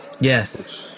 Yes